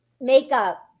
makeup